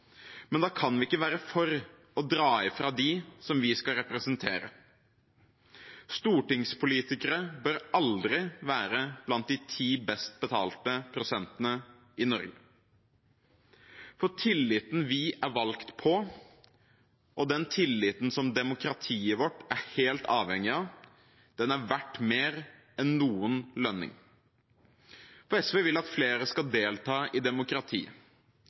Men da kan vi ikke være for å dra fra dem som vi skal representere. Stortingspolitikere bør aldri være blant de ti best betalte prosentene i Norge, for tilliten vi er valgt på, og den tilliten som demokratiet vårt er helt avhengig av, er verd mer enn noen lønning. SV vil at flere skal delta i demokrati,